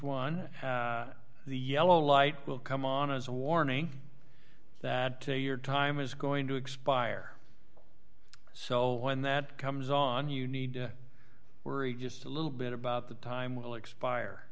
one of the yellow lights will come on as a warning that to your time is going to expire so when that comes on you need to worry just a little bit about the time will expire